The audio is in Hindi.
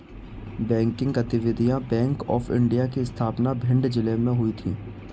बैंकिंग गतिविधियां बैंक ऑफ इंडिया की स्थापना भिंड जिले में हुई थी